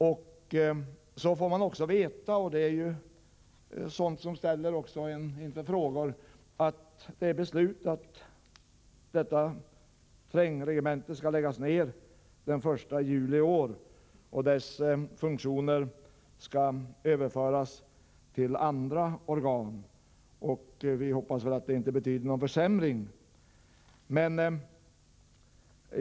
Vidare framgår det av historiken, och det är ju sådant som föranleder frågor, att det är beslutat att Svea trängregemente skall läggas ned den 1 juli i år och att regementets uppgifter skall överföras till andra organ. Jag hoppas att det inte innebär någon försämring.